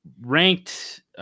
ranked